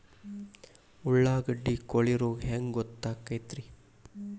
ಉಳ್ಳಾಗಡ್ಡಿ ಕೋಳಿ ರೋಗ ಹ್ಯಾಂಗ್ ಗೊತ್ತಕ್ಕೆತ್ರೇ?